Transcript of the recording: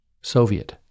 Soviet